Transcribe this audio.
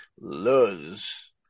Luz